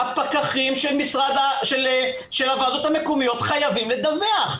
הפקחים של הוועדות המקומיות חייבים לדווח.